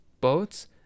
boats